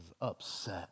upset